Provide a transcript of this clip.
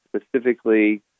specifically